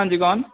ਹਾਂਜੀ ਕੌਣ